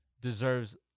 deserves